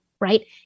right